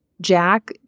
Jack